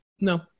No